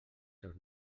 seus